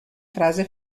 frase